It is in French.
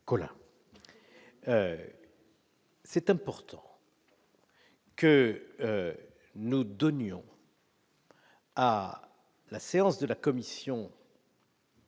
Collin. C'est important. Que nous donnions. à la séance de la commission.